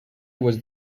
was